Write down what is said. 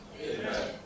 Amen